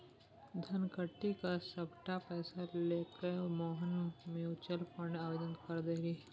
धनकट्टी क सभटा पैसा लकए मोहन म्यूचुअल फंड मे आवेदन कए देलनि